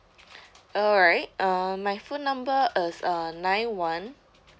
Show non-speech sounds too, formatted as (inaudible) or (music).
(breath) alright uh my phone number is uh nine one